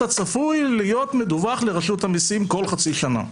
אתה צפוי להיות מדווח לרשות המסים כל חצי שנה.